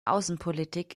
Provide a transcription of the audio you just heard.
außenpolitik